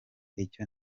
icyo